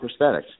prosthetics